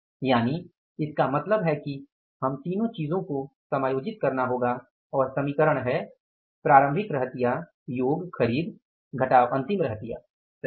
यानि इसका मतलब है कि हमें तीनों चीजों को समायोजित करना होगा और समीकरण है प्रारंभिक रहतिया योग खरीद घटाव अंतिम रहतिया सही है